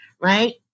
right